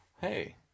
Hey